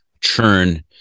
churn